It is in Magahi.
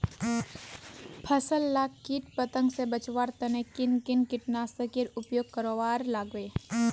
फसल लाक किट पतंग से बचवार तने किन किन कीटनाशकेर उपयोग करवार लगे?